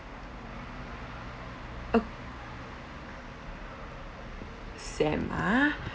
oh sam ah